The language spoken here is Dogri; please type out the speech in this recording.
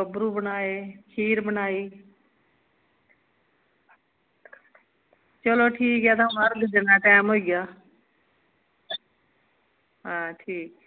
बब्बरू बनाए खीर बनाई चलो ठीक ऐ तां हून अर्ग देने दा टैम होई गेआ हां ठीक